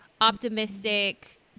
optimistic